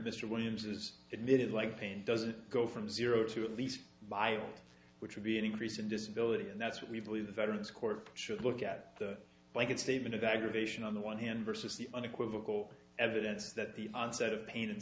mr williams is admitted like pain doesn't go from zero to at least by the old which would be an increase in disability and that's what we believe the veterans court should look at the blanket statement of aggravation on the one hand versus the unequivocal evidence that the onset of pain and